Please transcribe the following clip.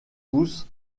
poussent